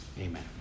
Amen